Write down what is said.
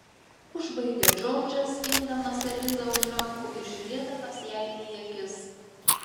užbaigė džordžas imdamas elizą už rankų ir žiūrėdamas jai į akis